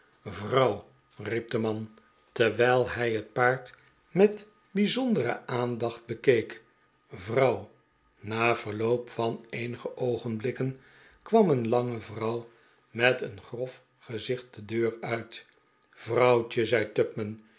riep de man terwijl hij het paard met bijzondere aandaeht bekeek vrouw na verloop van eenige oogenblikken kwam een lange vrouw met een grof gezicht de deur uit vrouwtje zei